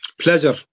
Pleasure